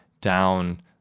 down